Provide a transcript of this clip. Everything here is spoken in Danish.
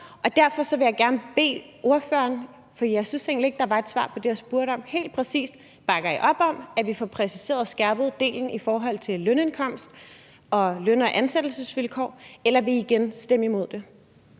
Derfor vil jeg gerne bede ordføreren – for jeg syntes egentlig ikke, at der var et svar på det, jeg spurgte om – om helt præcist at svare på: Bakker I op om, at vi får præciseret og skærpet delen i forhold til lønindkomst, løn- og ansættelsesvilkår, eller vil I igen stemme imod det?